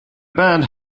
band